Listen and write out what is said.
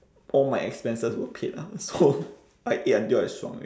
all my expenses were paid lah so I ate until I 爽 already